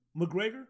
McGregor